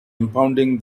impounding